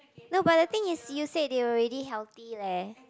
no but the thing is you said they were already healthy leh